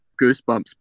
Goosebumps